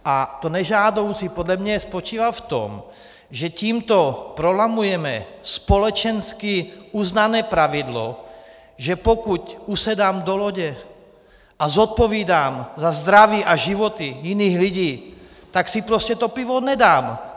A to nežádoucí podle mě spočívá v tom, že tímto prolamujeme společensky uznané pravidlo, že pokud usedám do lodě a zodpovídám za zdraví a životy jiných lidí, tak si prostě to pivo nedám!